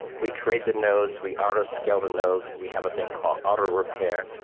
we create the nodes. we auto scale the nodes. we have a thing called auto repair.